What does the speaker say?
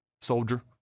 Soldier